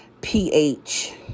pH